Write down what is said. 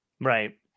Right